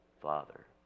father